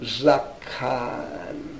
zakhan